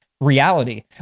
reality